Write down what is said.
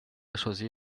choisi